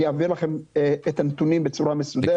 אני אעביר לכם את הנתונים בצורה מסודרת.